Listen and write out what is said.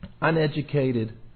uneducated